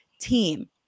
team